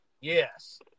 Yes